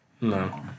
No